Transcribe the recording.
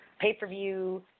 Pay-per-view